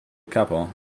couple